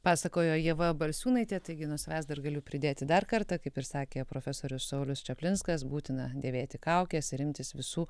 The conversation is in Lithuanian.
pasakojo ieva balsiūnaitė taigi nuo savęs dar galiu pridėti dar kartą kaip ir sakė profesorius saulius čaplinskas būtina dėvėti kaukes ir imtis visų